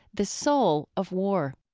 the soul of war.